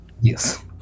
Yes